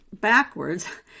backwards